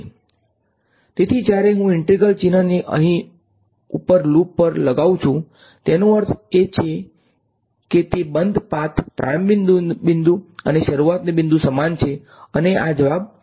તેથી જ્યારે હું ઈંન્ટ્રેગલ ચિહ્નને અહીં ઉપર લૂપ પર લગાઉં છું તેનો અર્થ એ કે તે બંધ પાથ પ્રારંભિક બિંદુ અને શરુઆતનુ બિંદુ સમાન છે અને આ જવાબ શૂન્ય થસે